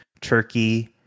turkey